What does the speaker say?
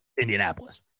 Indianapolis